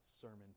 sermon